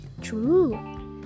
True